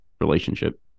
relationship